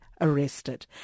arrested